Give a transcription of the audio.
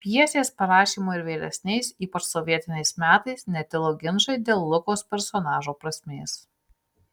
pjesės parašymo ir vėlesniais ypač sovietiniais metais netilo ginčai dėl lukos personažo prasmės